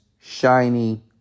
shiny